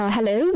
Hello